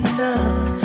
love